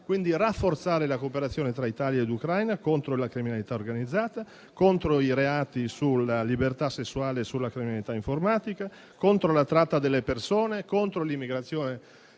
Quindi, rafforzare la cooperazione tra Italia ed Ucraina contro la criminalità organizzata, contro i reati sulla libertà sessuale e sulla criminalità informatica, contro la tratta delle persone, contro l'immigrazione